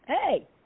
Hey